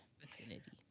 vicinity